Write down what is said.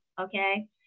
okay